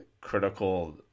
critical